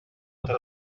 nota